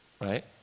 right